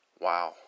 Wow